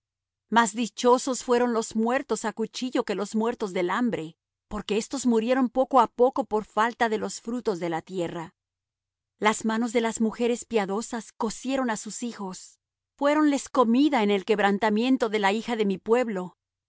más dichosos fueron los muertos á cuchillo que los muertos del hambre porque éstos murieron poco á poco por falta de los frutos de la tierra las manos de las mujeres piadosas cocieron á sus hijos fuéronles comida en el quebrantamiento de la hija de mi pueblo